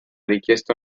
richiesto